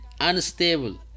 unstable